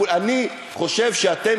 אני חושב שאתם,